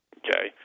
okay